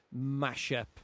mashup